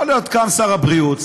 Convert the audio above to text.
יכול להיות שקם שר הבריאות,